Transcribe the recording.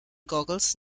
goggles